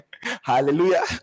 Hallelujah